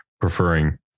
preferring